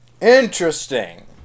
Interesting